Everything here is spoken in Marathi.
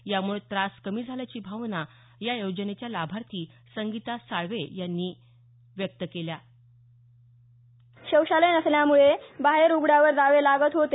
यामुळे त्रास कमी झाल्याची भावना या योजनेच्या लाभार्थी संगीता साळवे यांनी व्यक्त केल्या शौचालय नसल्यामूळे बाहेर उघड्यावर जावे लागत होते